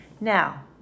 Now